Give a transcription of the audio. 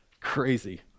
Crazy